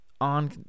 on